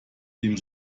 dem